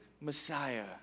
Messiah